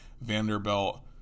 vanderbilt